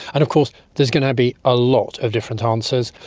and of course there's going to be a lot of different answers.